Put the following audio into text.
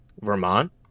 Vermont